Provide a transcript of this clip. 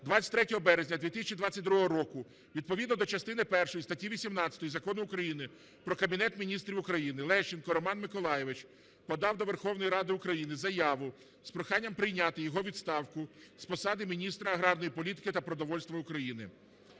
23 березня 2022 року відповідно до частини першої статті 18 Закону України "Про Кабінет Міністрів України" Лещенко Роман Миколайович подав до Верховної Ради України заяву з проханням прийняти його відставку з посади Міністра аграрної політики та продовольства України.